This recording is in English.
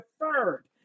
deferred